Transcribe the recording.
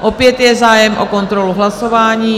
Opět je zájem o kontrolu hlasování.